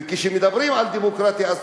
וכשמדברים על דמוקרטיה,